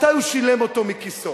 מתי הוא שילם אותו מכיסו.